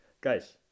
Guys